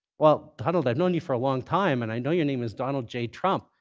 well, donald, i've known you for a long time, and i know your name is donald j. trump.